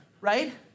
right